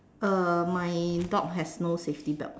uh my dog has no safety belt